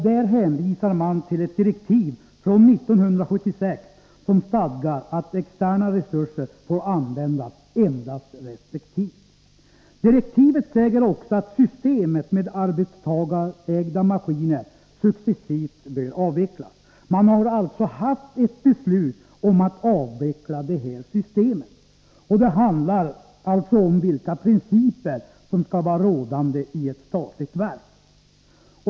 Där hänvisar man till ett direktiv från 1976, som stadgar att externa resurser endast får användas restriktivt. Direktivet säger också att systemet med arbetstagarägda maskiner successivt bör avvecklas. Det har alltså funnits ett beslut om att avveckla systemet. Det handlar här om vilka principer som skall vara rådande i ett statligt verk.